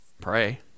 pray